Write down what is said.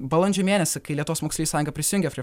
balandžio mėnesį kai lietuvos moksleivių sąjunga prisijungia prie